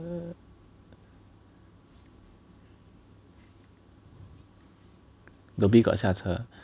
Dhoby Ghaut 下车